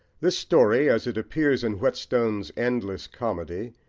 this story, as it appears in whetstone's endless comedy,